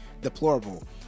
deplorable